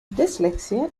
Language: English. dyslexia